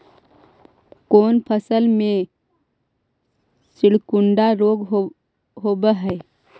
कोन फ़सल में सिकुड़न रोग होब है?